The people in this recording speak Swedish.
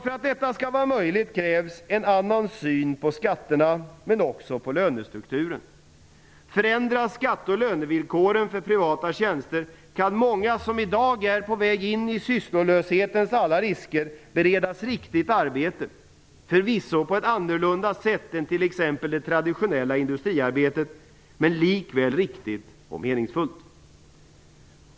För att detta skall vara möjligt krävs en annan syn på skatterna men också på lönestrukturen. Förändras skatte och lönevillkoren för privata tjänster kan många som i dag är på väg in i sysslolöshetens alla risker beredas riktigt arbete, förvisso på ett annorlunda sätt än t.ex. det traditionella industriarbetet men likväl riktigt och meningsfullt.